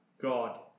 God